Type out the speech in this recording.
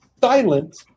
silent